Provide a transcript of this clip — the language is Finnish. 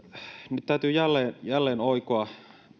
nyt täytyy jälleen jälleen oikoa